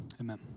Amen